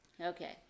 okay